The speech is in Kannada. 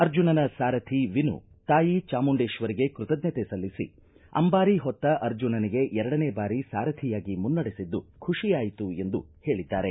ಅರ್ಜುನನ ಸಾರಥಿ ವಿನು ತಾಯಿ ಚಾಮುಂಡೇಶ್ವರಿಗೆ ಕೃತಜ್ಞತೆ ಸಲ್ಲಿಸಿ ಅಂಬಾರಿ ಹೊತ್ತ ಅರ್ಜುನನಿಗೆ ಎರಡನೇ ಬಾರಿ ಸಾರಥಿಯಾಗಿ ಮುನ್ನಡೆಸಿದ್ದು ಖುಷಿಯಾಯ್ತು ಎಂದು ಹೇಳಿದ್ದಾರೆ